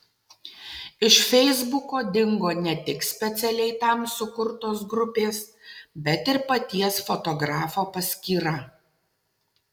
iš feisbuko dingo ne tik specialiai tam sukurtos grupės bet ir paties fotografo paskyra